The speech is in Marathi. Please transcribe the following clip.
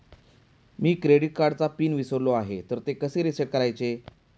मी क्रेडिट कार्डचा पिन विसरलो आहे तर कसे रीसेट करायचे?